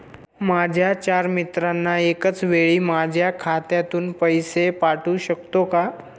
माझ्या चार मित्रांना एकाचवेळी माझ्या खात्यातून पैसे पाठवू शकतो का?